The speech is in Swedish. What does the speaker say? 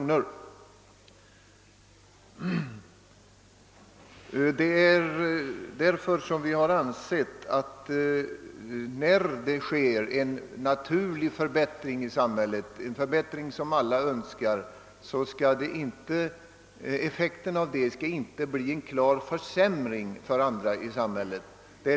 När det på ett område i samhället vidtas åtgärder som alla är överens om och som medför en förbättring, får effekten härav inte bli en klar försämring för vissa grupper.